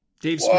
Dave